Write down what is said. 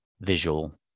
visual